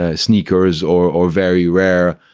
ah sneakers or or very rare,